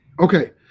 Okay